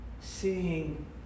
Seeing